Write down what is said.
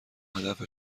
هدف